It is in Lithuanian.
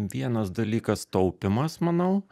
vienas dalykas taupymas manau